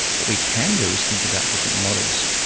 what we can do is think about different models.